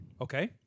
Okay